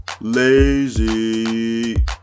Lazy